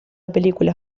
película